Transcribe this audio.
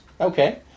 Okay